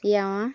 পিয়ামা